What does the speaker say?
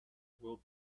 will